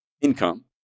income